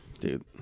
dude